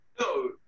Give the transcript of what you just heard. No